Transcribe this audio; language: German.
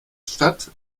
stadt